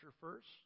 first